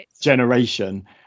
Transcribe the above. generation